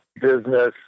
business